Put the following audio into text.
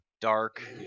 dark